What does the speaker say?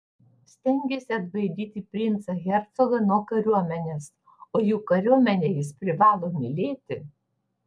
stengėsi atbaidyti princą hercogą nuo kariuomenės o juk kariuomenę jis privalo mylėti